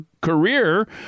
career